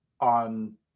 on